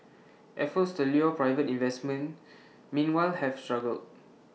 efforts to lure private investment meanwhile have struggled